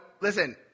listen